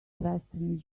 western